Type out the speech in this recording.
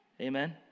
Amen